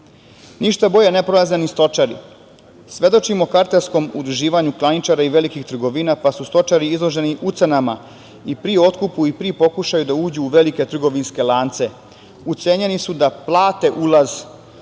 bolje ne prolaze ni stočari. Svedočimo kartelskom udruživanju klaničara i velikih trgovina, pa su stočari izloženi ucenama i pri otkupu i pri pokušaju da uđu u velike trgovinske lance. Ucenjeni su da plate ulaz u